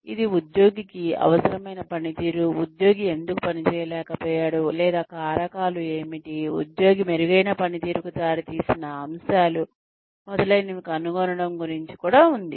ఇది ఉద్యోగికి అవసరమైన పనితీరు ఉద్యోగి ఎందుకు పని చేయలేకపోయాడు లేదా కారకాలు ఏమిటి ఉద్యోగి మెరుగైన పనితీరుకు దారితీసిన అంశాలు మొదలైనవి కనుగొనడం గురించి కూడా ఉంది